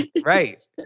right